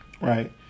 right